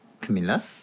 Camilla